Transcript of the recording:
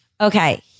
Okay